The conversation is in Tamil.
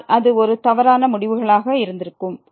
ஆனால் அது ஒரு தவறான முடிவுகளாக இருந்திருக்கும்